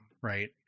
right